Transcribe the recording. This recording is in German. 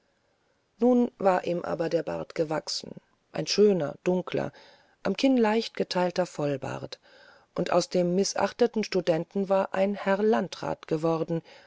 nun war ihm aber der bart gewachsen ein schöner dunkler am kinn leicht geteilter vollbart und aus dem mißachteten studenten war ein herr landrat geworden